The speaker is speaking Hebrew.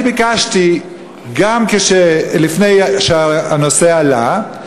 אני ביקשתי גם לפני שהנושא עלה,